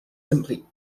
simply